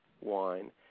wine